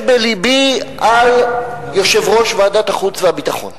יש בלבי על יושב-ראש ועדת החוץ והביטחון,